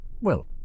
Well